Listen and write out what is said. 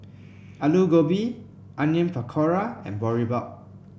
Alu Gobi Onion Pakora and Boribap